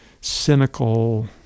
cynical